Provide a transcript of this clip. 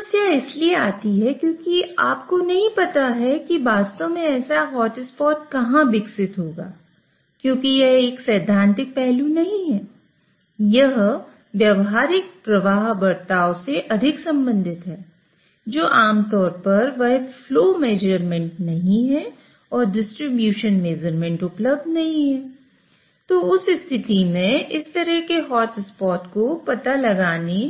समस्या इसलिए आती है क्योंकि आपको नहीं पता कि वास्तव में ऐसा हॉट स्पॉट का पता लगाने